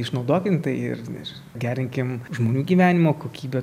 išnaudokim tai ir nes gerinkim žmonių gyvenimo kokybę